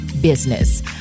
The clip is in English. business